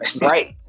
right